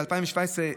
ב-2017,